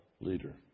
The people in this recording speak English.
leader